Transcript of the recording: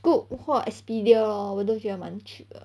Scoot 或 Expedia lor 我都觉得蛮 cheap 的